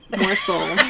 morsel